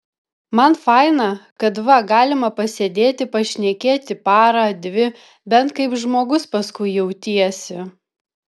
man faina kad va galima pasėdėti pašnekėti parą dvi bent kaip žmogus paskui jautiesi